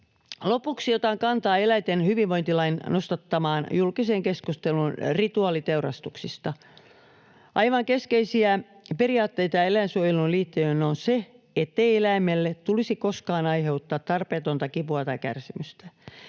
Lopuksi otan kantaa eläinten hyvinvointilain nostattamaan julkiseen keskusteluun rituaaliteurastuksista. Aivan keskeisiä periaatteita eläinsuojeluun liittyen on se, ettei eläimelle tulisi koskaan aiheuttaa tarpeetonta kipua tai kärsimystä.